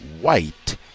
white